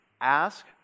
Ask